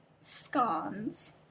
scones